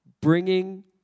bringing